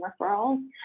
referrals